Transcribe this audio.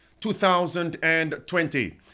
2020